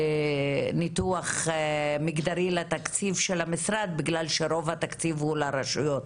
ניתוח מגדרי לתקציב של המשרד בגלל שרוב התקציב הוא לרשויות,